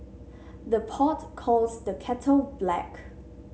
the pot calls the kettle black